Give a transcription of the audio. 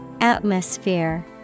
Atmosphere